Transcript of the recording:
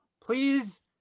please